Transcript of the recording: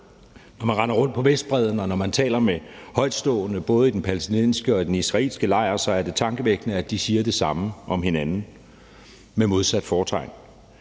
Når man render rundt på Vestbredden, og når man taler med højtstående i både den palæstinensiske og den israelske lejr, så er det tankevækkende, at de siger det samme om hinanden, med modsat fortegn.